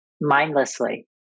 mindlessly